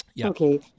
Okay